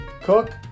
Cook